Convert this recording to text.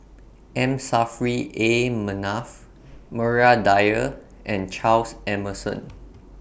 M Saffri A Manaf Maria Dyer and Charles Emmerson